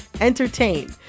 entertain